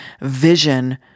vision